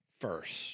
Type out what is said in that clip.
first